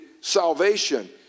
salvation